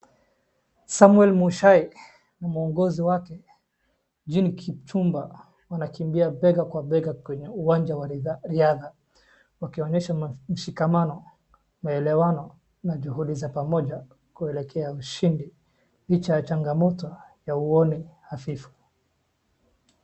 Samuel Muchai na mwongozi wake June Kipchumba wanakimbia benga kwa benga kwenye uwanja wa riadha wakionyesha mshikamano, muelewano na juhudi za pamoja kuelekea ushindi licha ya changamoto ya uoni hafifu.